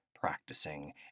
practicing